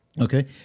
okay